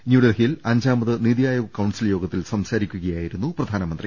ന്യൂഡൽഹിയിൽ അഞ്ചാമത് നീതി ആയോഗ് കൌൺസിൽ യോഗത്തിൽ സംസാരിക്കുകയായിരുന്നു പ്രധാ നമന്ത്രി